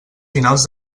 finals